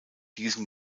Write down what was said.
diesen